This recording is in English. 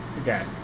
Okay